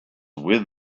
with